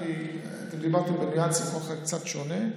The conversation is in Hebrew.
כי דיברתם בניואנס קצת שונה.